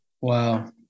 Wow